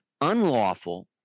unlawful